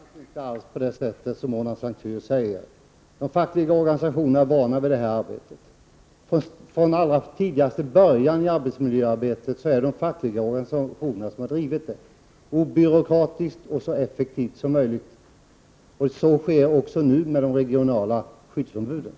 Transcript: Fru talman! Det är faktiskt inte alls på det sätt som Mona Saint Cyr säger. De fackliga organisationerna är vana vid detta arbete. Från allra första början av arbetsmiljöarbetet har de fackliga organisationerna drivit denna fråga så obyråkratiskt och effektivt som möjligt. Så sker också nu i fråga om de regionala skyddsombuden.